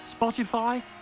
Spotify